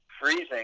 freezing